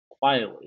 quietly